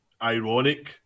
ironic